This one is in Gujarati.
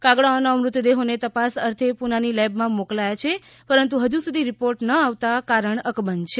કાગડાઓના મૃતદેહોને તપાસ અર્થે પુનાની લેબમાં મોકલાયા છે પરંતુ હજુ સુધી રિપોર્ટ ન આવતા કારણ અકબંધ છે